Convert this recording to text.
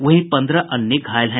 वहीं पंद्रह अन्य घायल हैं